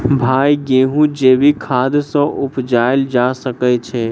भाई गेंहूँ जैविक खाद सँ उपजाल जा सकै छैय?